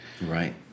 Right